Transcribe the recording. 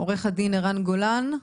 עו"ד ערן גולן.